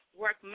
work